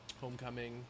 Homecoming